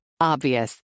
Obvious